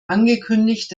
angekündigt